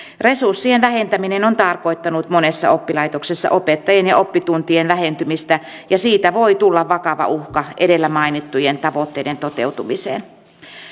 resurssien vähentäminen on tarkoittanut monessa oppilaitoksessa opettajien ja oppituntien vähentymistä ja siitä voi tulla vakava uhka edellä mainittujen tavoitteiden toteutumiselle